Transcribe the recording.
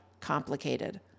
complicated